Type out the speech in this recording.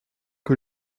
que